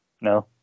No